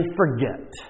forget